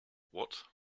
what